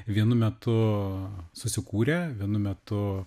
vienu metu susikūrė vienu metu